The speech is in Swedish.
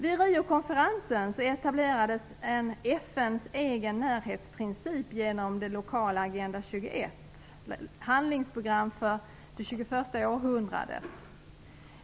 Vid Rio-konferensen etablerades en FN:s egen närhetsprincip genom de lokala Agenda 21, handlingsprogram för det tjugoförsta århundradet.